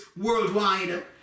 worldwide